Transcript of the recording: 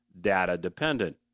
data-dependent